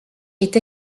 est